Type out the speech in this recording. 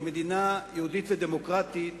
כמדינה יהודית ודמוקרטית,